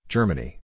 Germany